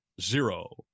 zero